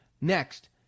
Next